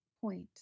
point